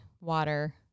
water